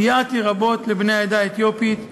סייעתי רבות לבני העדה האתיופית,